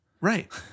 Right